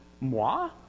moi